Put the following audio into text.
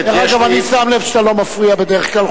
אני שם לב שאתה לא מפריע בדרך כלל,